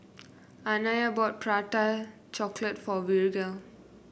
Anaya bought Prata Chocolate for Virgle